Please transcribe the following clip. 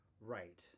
Right